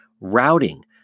routing